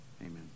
Amen